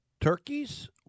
turkeys